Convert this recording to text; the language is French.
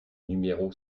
numéro